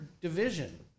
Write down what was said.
division